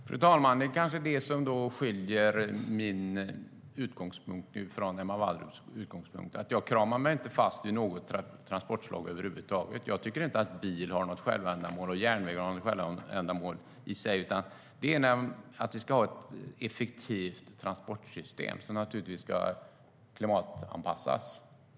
Fru talman! Det kanske är det som då skiljer min utgångspunkt från Emma Wallrups utgångspunkt, att jag inte kramar fast mig vid något transportslag över huvud taget. Jag tycker inte att bil är något självändamål eller att järnväg är något självändamål i sig. Vi ska ha ett effektivt transportsystem, som naturligtvis ska klimatanpassas.